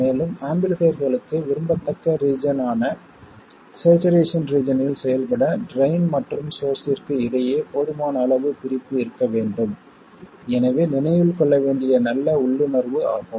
மேலும் ஆம்பிளிஃபைர்களுக்கு விரும்பத்தக்க ரீஜன்யான சேச்சுரேஷன் ரீஜன்யில் செயல்பட ட்ரைன் மற்றும் சோர்ஸ்ஸிற்கு இடையே போதுமான அளவு பிரிப்பு இருக்க வேண்டும் எனவே நினைவில் கொள்ள வேண்டிய நல்ல உள்ளுணர்வு ஆகும்